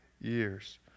years